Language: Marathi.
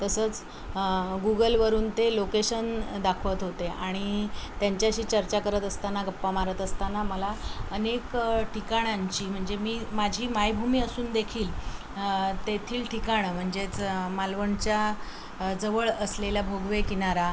तसंच गुगलवरून ते लोकेशन दाखवत होते आणि त्यांच्याशी चर्चा करत असताना गप्पा मारत असताना मला अनेक ठिकाणांची म्हणजे मी माझी मायभूमी असून देेखील तेथील ठिकाणं म्हणजेच मालवणच्या जवळ असलेल्या भोगवे किनारा